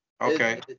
Okay